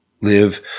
live